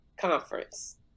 conference